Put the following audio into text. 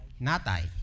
Natai